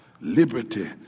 liberty